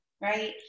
right